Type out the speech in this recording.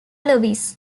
lewis